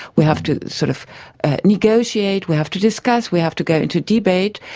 we have to sort of negotiate, we have to discuss, we have to go into debate.